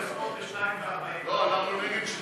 סיעת מרצ לסעיף 8 לא נתקבלה.